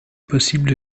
possible